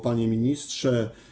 Panie Ministrze!